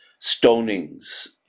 stonings